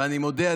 ואני מודה,